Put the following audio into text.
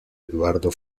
eduardo